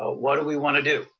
ah what do we wanna do?